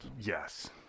Yes